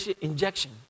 injection